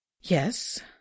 Yes